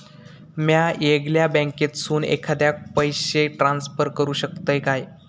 म्या येगल्या बँकेसून एखाद्याक पयशे ट्रान्सफर करू शकतय काय?